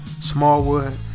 Smallwood